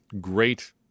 great